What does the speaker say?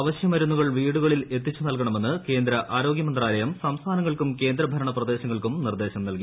അവശ്യമരുന്നുകൂൾ ്വീടുകളിൽ എത്തിച്ചു നൽകണമെന്ന് ക്ന്ദ്ര ആരോഗൃമന്ത്രാലയം സംസ്ഥാനങ്ങൾക്കും കേന്ദ്രഭരണപ്രദേശങ്ങൾക്കും നിർദ്ദേശം നൽകി